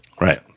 right